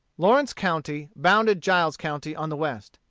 lawrence county bounded giles county on the west.